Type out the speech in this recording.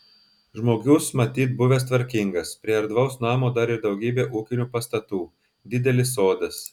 žmogus matyt buvęs tvarkingas prie erdvaus namo dar ir daugybė ūkinių pastatų didelis sodas